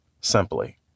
simply